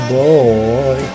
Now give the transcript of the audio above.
boy